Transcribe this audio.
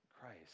Christ